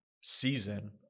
season